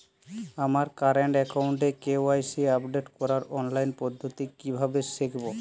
আমার কারেন্ট অ্যাকাউন্টের KYC update করার অনলাইন পদ্ধতি কীভাবে শিখব?